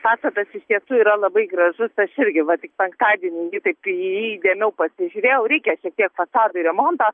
pastatas iš tiesų yra labai gražus aš irgi va tik penktadienį jį taip kai į jį įdėmiau pasižiūrėjau reikia šiek tiek fasadui remonto